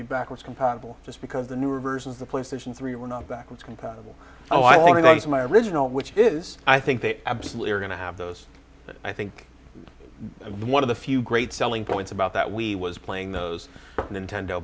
be backwards compatible just because the newer versions the playstation three were not backwards compatible oh i organize my original which is i think they absolutely are going to have those but i think one of the few great selling points about that we was playing those nintend